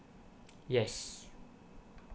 yes